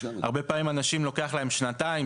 הרבה פעמים לאנשים לוקח שנתיים,